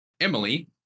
Emily